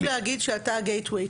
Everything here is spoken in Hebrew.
לירון חשוב להגיד שאתה ה-gateway,